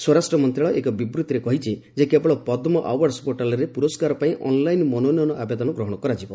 ସ୍ୱରାଷ୍ଟ୍ର ମନ୍ତ୍ରଣାଳୟ ଏକ ବିବୃତ୍ତିରେ କହିଛି ଯେ କେବଳ ପଦ୍କ ଆୱାର୍ଡସ ପୋର୍ଟାଲରେ ପୁରସ୍କାର ପାଇଁ ଅନ୍ଲାଇନ୍ ମନୋନୟନ ଆବେଦନ ଗ୍ରହଣ କରାଯିବ